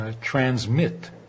transmit